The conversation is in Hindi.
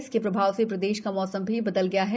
इसके प्रभाव से प्रदेश का मौसम भी बदल गया है